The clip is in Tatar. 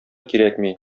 кирәкми